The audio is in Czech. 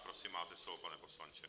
Prosím, máte slovo, pane poslanče.